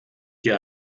dir